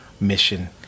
mission